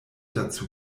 dazu